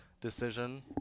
decision